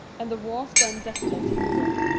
and the wars then desolating europe,